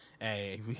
hey